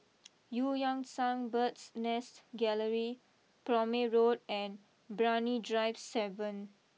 Eu Yan Sang Bird's Nest Gallery Prome Road and Brani Drive seven